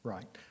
Right